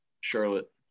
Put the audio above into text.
Charlotte